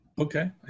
Okay